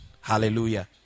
Hallelujah